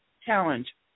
challenge